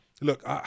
look